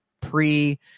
pre